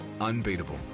Unbeatable